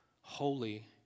holy